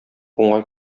уңай